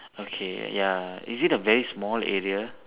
okay ya is it a very small area